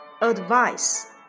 Advice